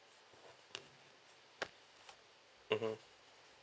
mmhmm